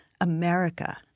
America